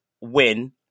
win